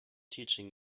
teaching